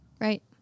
Right